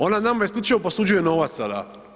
Ona nama isključivo posuđuje novac sada.